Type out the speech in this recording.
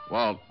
Walt